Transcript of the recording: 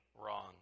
wrong